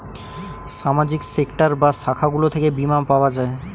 সামাজিক সেক্টর বা শাখাগুলো থেকে বীমা পাওয়া যায়